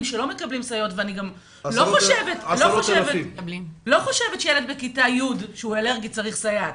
אני לא חושבת שילד אלרגי בכיתה י' צריך סייעת,